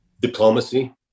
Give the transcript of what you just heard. diplomacy